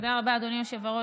תודה רבה, אדוני היושב ראש.